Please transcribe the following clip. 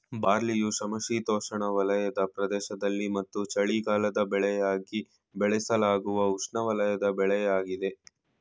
ಬಾರ್ಲಿಯು ಸಮಶೀತೋಷ್ಣವಲಯದ ಪ್ರದೇಶದಲ್ಲಿ ಮತ್ತು ಚಳಿಗಾಲದ ಬೆಳೆಯಾಗಿ ಬೆಳೆಸಲಾಗುವ ಉಷ್ಣವಲಯದ ಬೆಳೆಯಾಗಯ್ತೆ